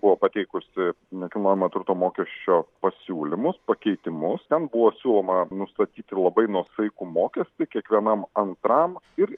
buvo pateikusi nekilnojamo turto mokesčio pasiūlymus pakeitimus ten buvo siūloma nustatyti labai nuosaikų mokestį kiekvienam antram ir